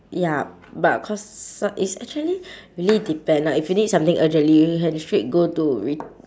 yup but cause s~ it's actually really depends lah if you need something urgently you can straight go to re~